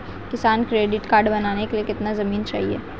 किसान credit card बनाने के लिए कितनी जमीन चाहिए?